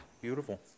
Beautiful